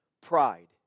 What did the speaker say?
Pride